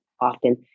often